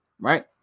right